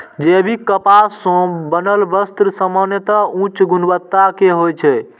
जैविक कपास सं बनल वस्त्र सामान्यतः उच्च गुणवत्ता के होइ छै